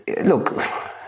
Look